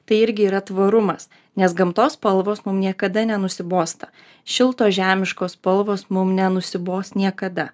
tai irgi yra tvarumas nes gamtos spalvos mum niekada nenusibosta šiltos žemiškos spalvos mum nenusibos niekada